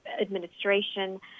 administration